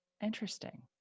Interesting